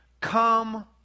come